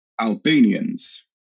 Albanians